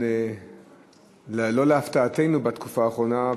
לא להפתעתנו בתקופה האחרונה,